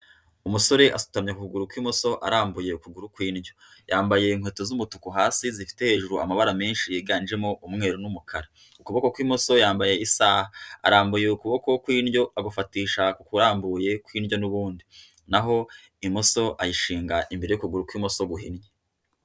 Umusore asutanya ku kuguru kw'imoso arambuye ukuguru ku indyo, yambaye inkweto z'umutuku hasi zifite hejuru amabara menshi yiganjemo umweru n'umukara, ku kuboko kw'imoso yambaye isaha arambuye ukuboko ku indyo agufatisha kurambuye ku indyo n'ubundi naho imoso ayishinga imbere y'ukuguru ku imoso guhinnnye.